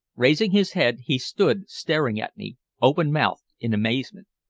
raising his head, he stood staring at me open-mouthed in amazement.